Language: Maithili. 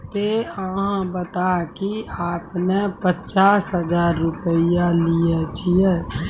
ते अहाँ बता की आपने ने पचास हजार रु लिए छिए?